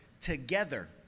together